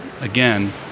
again